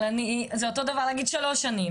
אבל זה אותו דבר להגיד 3 שנים.